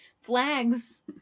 flags